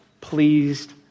pleased